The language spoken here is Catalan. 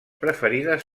preferides